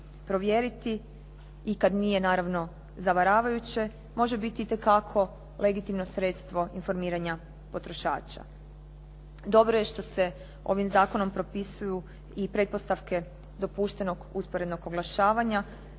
i kad nije naravno zavaravajuće, može biti itekako legitimno sredstvo informiranja potrošača. Dobro je što se ovim zakonom propisuju i pretpostavke dopuštenog usporednog oglašavanja